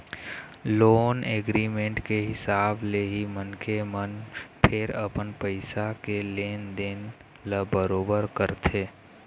loan agreement के हिसाब ले ही मनखे मन फेर अपन पइसा के लेन देन ल बरोबर करथे